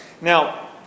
Now